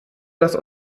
das